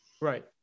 Right